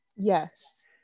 Yes